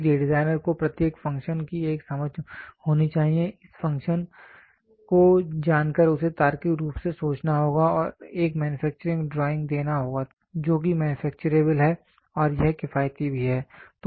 इसलिए डिज़ाइनर को प्रत्येक फ़ंक्शन की एक समझ होनी चाहिए इस फ़ंक्शन को जानकर उसे तार्किक रूप से सोचना होगा और एक मैन्युफैक्चरिंग ड्राइंग देना होगा जोकि मैन्युफैक्चरेबल है और यह किफायती भी है